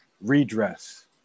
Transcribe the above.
redress